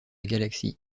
galaxie